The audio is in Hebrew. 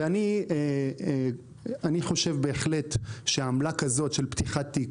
אני חושב בהחלט שעמלה כזאת של פתיחת תיק,